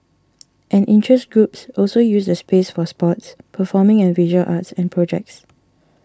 and interest groups also use the space for sports performing and visual arts and projects